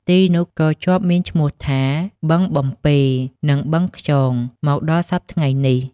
ទីនោះក៏ជាប់មានឈ្មោះថា បឹងបំពេ និង បឹងខ្យង ដល់មកសព្វថ្ងៃនេះ ។